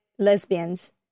lesbians